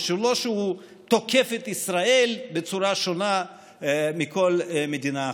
זה לא שהוא תוקף את ישראל בצורה שונה מכל מדינה אחרת.